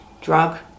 drug